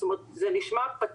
זאת אומרת, זה נשמע פטנט,